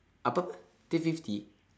apa apa apa three fifty